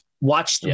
watched